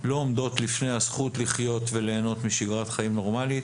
לא עומדות לפני הזכות לחיות וליהנות משגרת חיים נורמלית.